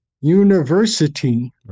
University